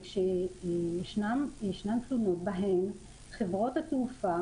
וישנן בהן חברות תעופה